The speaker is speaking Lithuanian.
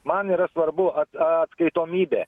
man yra svarbu at atskaitomybė